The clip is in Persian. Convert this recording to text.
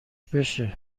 بشه